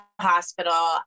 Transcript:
hospital